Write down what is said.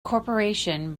corporation